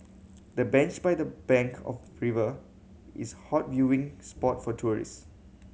the bench by the bank of river is hot viewing spot for tourist